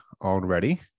already